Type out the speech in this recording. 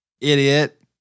idiot